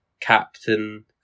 Captain